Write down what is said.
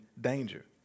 danger